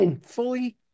Fully